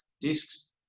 discs